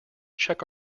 check